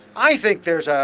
i think there's ah